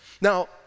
Now